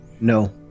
No